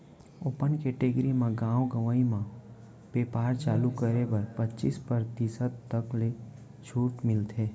open category म गाँव गंवई म बेपार चालू करे बर पचीस परतिसत तक के छूट मिलथे